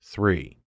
Three